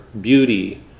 beauty